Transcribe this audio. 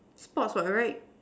sports what right